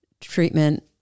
treatment